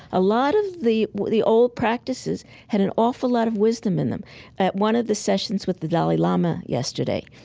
a lot of the the old practices had an awful lot of wisdom in them. one of the sessions with the dalai lama yesterday,